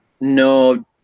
No